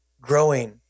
growing